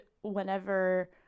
whenever